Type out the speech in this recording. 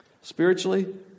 spiritually